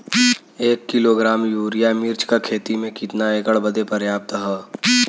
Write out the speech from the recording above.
एक kilogram urea मिर्च क खेती में कितना एकड़ बदे पर्याप्त ह?